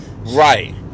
right